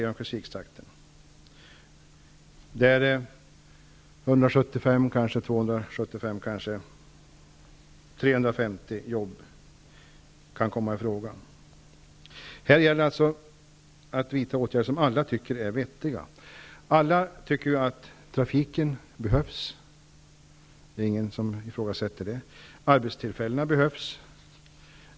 175, kanske 275, kanske 350 jobb kan komma att bli berörda av detta. Det gäller alltså att vidta åtgärder som alla tycker är vettiga. Alla tycker ju att trafiken behövs; ingen ifrågasätter det. Arbetstillfällena behövs.